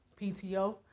PTO